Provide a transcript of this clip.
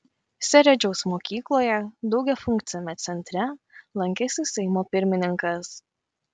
seredžiaus mokykloje daugiafunkciame centre lankėsi seimo pirmininkas